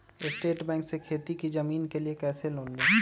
State bank से खेती की जमीन के लिए कैसे लोन ले?